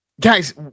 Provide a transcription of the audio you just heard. Guys